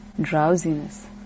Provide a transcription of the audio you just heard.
drowsiness